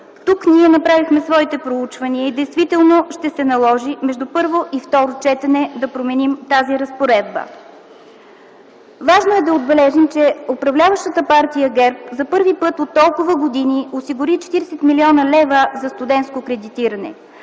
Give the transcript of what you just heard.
Тук ние направихме своите проучвания и действително ще се наложи между първо и второ четене да променим тази разпоредба. Важно е да отбележим, че управляващата партия ГЕРБ за първи път от толкова години осигури 40 млн. лв. за студентско кредитиране.